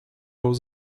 was